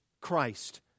Christ